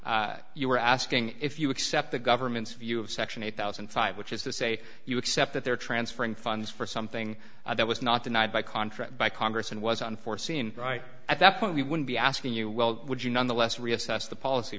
you were asking if you accept the government's view of section eight thousand and five which is to say you accept that there are transferring funds for something that was not denied by contract by congress and was unforeseen right at that point we would be asking you well would you nonetheless reassess the policy